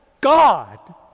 God